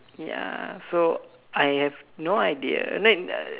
ya so I have no idea then